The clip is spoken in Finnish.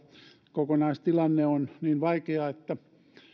kokonaistilanne on niin vaikea että